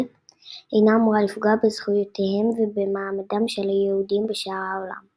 אינה אמורה לפגוע בזכויותיהם ובמעמדם של יהודים בשאר העולם.